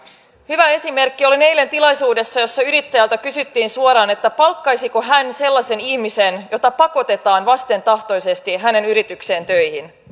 hyvä esimerkki olin eilen tilaisuudessa jossa yrittäjältä kysyttiin suoraan palkkaisiko hän sellaisen ihmisen jota pakotetaan vastentahtoisesti hänen yritykseensä töihin